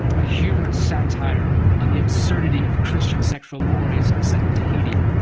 a humorous satire on the absurdity of christian sexual mores set in tahiti,